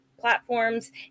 platforms